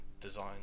design